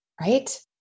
right